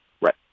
Right